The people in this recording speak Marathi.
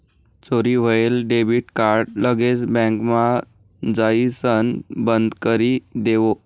चोरी व्हयेल डेबिट कार्ड लगेच बँकमा जाइसण बंदकरी देवो